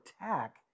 attack